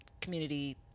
community